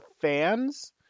fans